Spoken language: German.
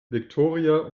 viktoria